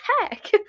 heck